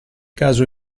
caso